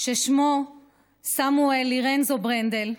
ששמו סמואל לירנזו ברנדל,